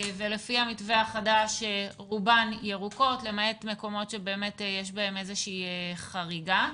לפי המתווה החדש רובן ירוקות למעט מקומות שבאמת יש בהם איזושהי חריגה.